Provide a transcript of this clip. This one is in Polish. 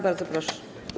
Bardzo proszę.